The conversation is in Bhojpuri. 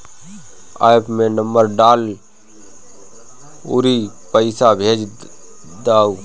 एप्प में नंबर डालअ अउरी पईसा भेज दअ